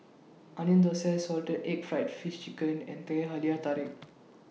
Onion Thosai Salted Egg Fried Fish Chiken and Teh Halia Tarik